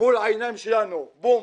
מול העיניים שלנו בום,